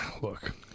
Look